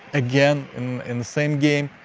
again in in the same game,